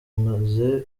maze